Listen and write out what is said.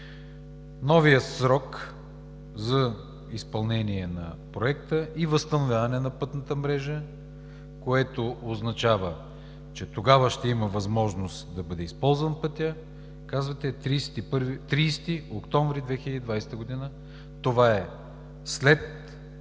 Новият срок за изпълнение на Проекта и възстановяване на пътната мрежа означава, че тогава ще има възможност да бъде използван пътят – казвате, 30 октомври 2020 г. Това е след